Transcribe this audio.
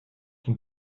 son